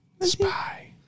Spy